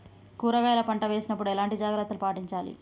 కూరగాయల పంట వేసినప్పుడు ఎలాంటి జాగ్రత్తలు పాటించాలి?